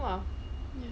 !wow!